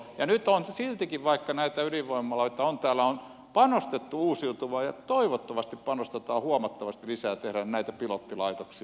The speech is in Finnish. ja nyt on siltikin vaikka näitä ydinvoimaloita on täällä panostettu uusiutuvaan ja toivottavasti panostetaan huomattavasti lisää tehdään näitä pilottilaitoksia